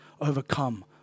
overcome